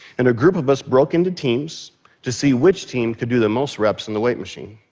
and a group of us broke into teams to see which team could do the most reps in the weight machine.